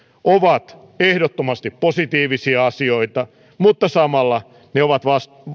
ovat ehdottomasti positiivisia asioita mutta samalla ne ovat